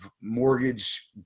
mortgage